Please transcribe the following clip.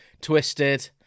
Twisted